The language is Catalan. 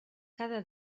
cada